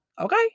Okay